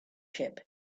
ship